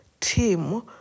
team